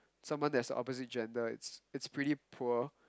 someone that's opposite gender is is pretty poor